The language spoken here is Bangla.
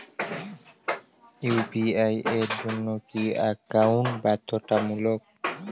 ইউ.পি.আই এর জন্য কি একাউন্ট বাধ্যতামূলক?